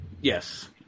Yes